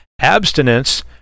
Abstinence